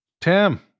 Tim